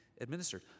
administered